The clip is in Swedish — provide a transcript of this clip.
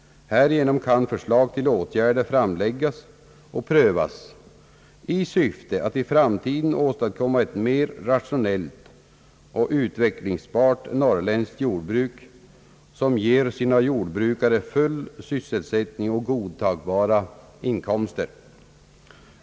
Härigenom kan förslag till åtgärder framläggas och prövas i syfte att i framtiden åstadkomma ett mer rationellt och utvecklingsbart norrländskt jordbruk, som ger sina jordbrukare full sysselsättning och godtagbara inkomster.